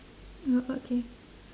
ya okay